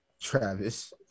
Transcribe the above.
Travis